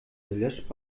löscht